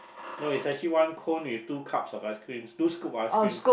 no it's actually one cone with two cups of ice cream two scoops of ice cream